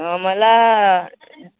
मला